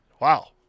wow